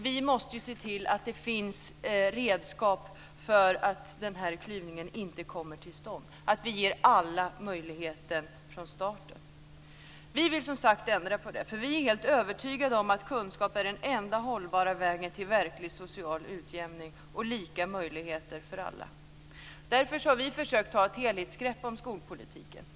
Vi måste se till att det finns redskap så att klyvningen inte kommer till stånd, att vi ger alla samma möjligheter från starten. Vi vill ändra på detta. Vi är helt övertygade om att kunskap är den enda hållbara vägen till verklig social utjämning och lika möjligheter för alla. Därför har vi försökt att ta ett helhetsgrepp om skolpolitiken.